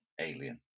alien